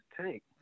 Tank